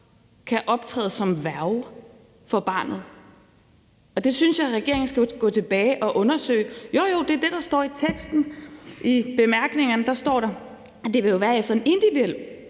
kan optræde som værge for barnet, og det synes jeg regeringen skal gå tilbage at undersøge. Jo jo, det er det, der står i teksten. I bemærkningerne står der, at det vil være efter en individuel